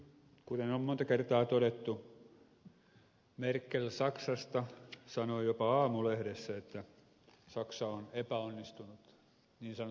kuten on monta kertaa todettu merkel saksasta sanoi jopa aamulehdessä että saksa on epäonnistunut niin sanotussa kotouttamisessa